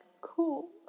cool